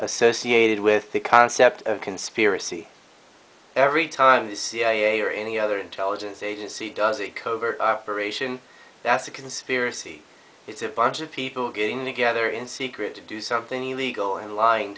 associated with the concept of conspiracy every time the cia or any other intelligence agency does a covert operation that's a conspiracy it's a bunch of people getting together in secret to do something illegal and lying